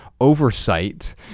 oversight